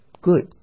Good